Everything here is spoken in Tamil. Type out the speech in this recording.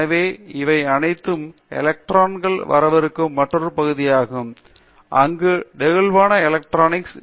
எனவே இவை அனைத்தும் எலக்ட்ரான்கள் வரவிருக்கும் மற்றொரு பகுதியாகும் அங்கு நெகிழ்வான எலக்ட்ரானிக்ஸ்